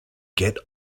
get